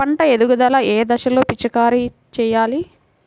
పంట ఎదుగుదల ఏ దశలో పిచికారీ చేయాలి?